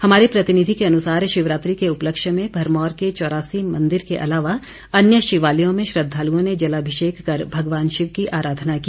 हमारे प्रतिनिधि के अनुसार शिवरात्रि के उपलक्ष्य में भरमौर के चौरासी मंदिर के अलावा अन्य शिवालयों में श्रद्वालुओं ने जलाभिषेक कर भगवान शिव की अराधना की